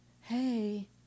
Hey